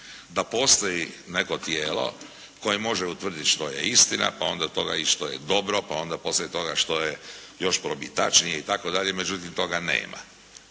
da postoji neko tijelo koje može utvrditi što je istina, pa onda od toga i što je dobro, pa onda poslije toga što je još probitačnije itd., međutim toga nema.